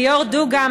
ליאור דוגה,